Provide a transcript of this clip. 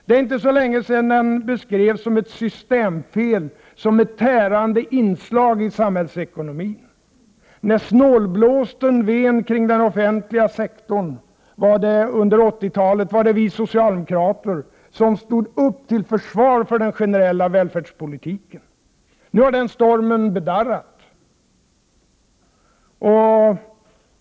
Det är inte så länge sedan den beskrevs som ett systemfel, som ett tärande inslag i samhällsekonomin. | När snålblåsten under 80-talet ven kring den offentliga sektorn, var det vi socialdemokrater som stod upp till försvar för den generella välfärdspolitiken. Nu har den stormen bedarrat.